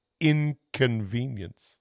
inconvenience